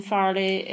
Farley